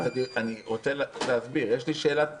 אני רוצה להסביר, יש לי שאלה תוכנית: